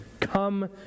come